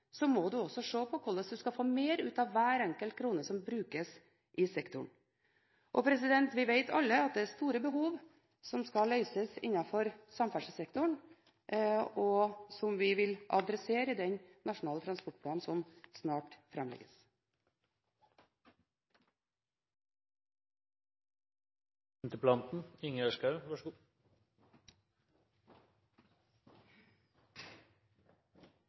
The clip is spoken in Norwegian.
må en også se på hvordan en kan få mer ut av hver enkelt krone som brukes i sektoren. Og vi vet alle at det er store behov som skal løses innenfor samferdselssektoren, og som vi vil adressere i den nasjonale transportplanen som snart